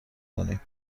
کنیم